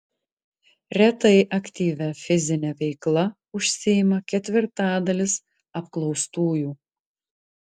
retai aktyvia fizine veikla užsiima ketvirtadalis apklaustųjų